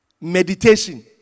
Meditation